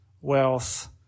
wealth